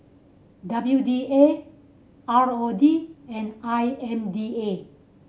W D A R O D and I M D A